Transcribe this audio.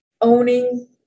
owning